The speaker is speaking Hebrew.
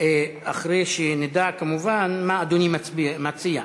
אחרי שנדע, כמובן, מה אדוני מציע.